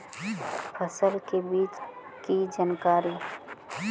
फसल के बीज की जानकारी?